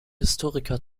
historiker